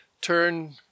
turn